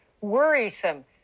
worrisome